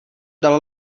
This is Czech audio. dalo